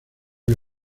una